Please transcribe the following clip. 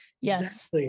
Yes